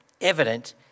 evident